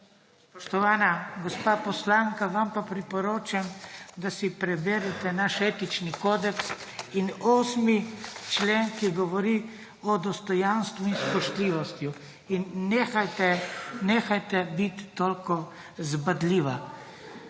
Spoštovana gospa poslanka, vam pa priporočam, da si preberete naš etični kodeks in 8. člen, ki govori o dostojanstvu in spoštljivosti. In nehajte biti toliko zbadljiva.